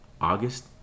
August